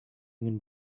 ingin